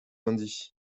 lundi